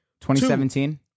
2017